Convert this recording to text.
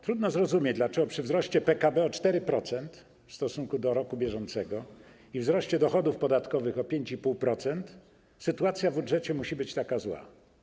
Trudno zrozumieć, dlaczego przy wzroście PKB o 4% w stosunku do roku bieżącego i wzroście dochodów podatkowych o 5,5% sytuacja w budżecie musi być taka zła.